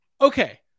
okay